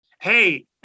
Hey